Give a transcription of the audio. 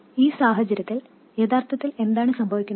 ഈ സാഹചര്യത്തിൽ യഥാർത്ഥത്തിൽ എന്താണ് സംഭവിക്കുന്നത്